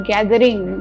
Gathering